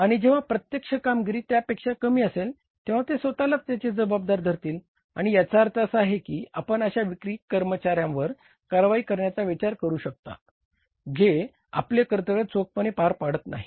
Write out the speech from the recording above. आणि जेव्हा प्रत्यक्ष कामगिरी त्यापेक्षा कमी असेल तेव्हा ते स्वतलाच त्याचे जबाबदार धरतील आणि याचा अर्थ असा की आपण अशा विक्री कर्मचाऱ्यांवर कारवाई करण्याचा विचार करू शकतो जे आपले कर्तव्य चोखपणे पार पाडत नाहीत